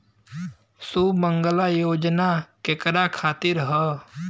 सुमँगला योजना केकरा खातिर ह?